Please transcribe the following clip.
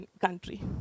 country